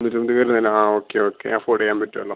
ആ okay okay afford ചെയ്യാൻ പറ്റുവല്ലോ